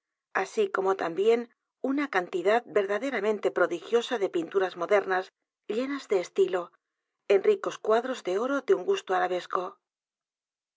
así como también una cantidad verdaderamente prodigiosa de pinturas modernas llenas de estilo en ricos cuadros de oro de u n gusto arabesco